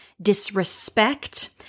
disrespect